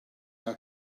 are